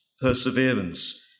perseverance